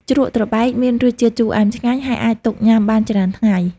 ជ្រក់ត្របែកមានរសជាតិជូរអែមឆ្ងាញ់ ហើយអាចទុកញ៉ាំបានច្រើនថ្ងៃ។